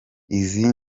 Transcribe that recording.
izi